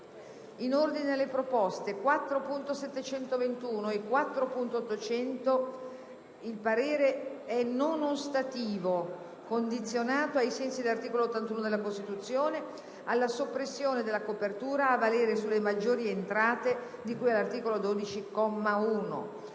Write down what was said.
In ordine alle proposte 4.721 e 4.800a il parere è non ostativo, condizionato, ai sensi dell'articolo 81 della Costituzione, alla soppressione della copertura a valere sulle maggiori entrate di cui all'articolo 12,